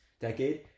decade